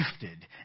gifted